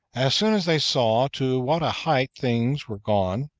as soon as they saw to what a height things were gone,